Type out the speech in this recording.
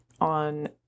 on